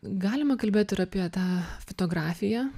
galima kalbėt ir apie tą fotografiją